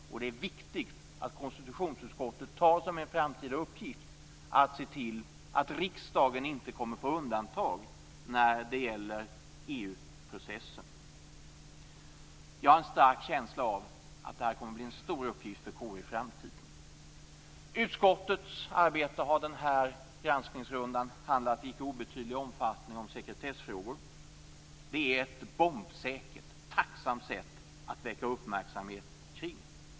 Och det är viktigt att konstitutionsutskottet tar som en framtida uppgift att se till att riksdagen inte kommer på undantag i EU processen. Jag har en stark känsla av att detta kommer att bli en stor uppgift för KU i framtiden. Utskottets arbete har under den här granskningsrundan i icke obetydlig omfattning handlat om sekretessfrågor. Det är ett bombsäkert och tacksamt sätt att väcka uppmärksamhet.